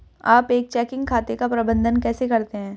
आप एक चेकिंग खाते का प्रबंधन कैसे करते हैं?